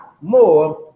more